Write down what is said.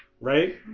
Right